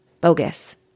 Bogus